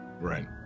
Right